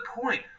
point